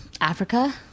Africa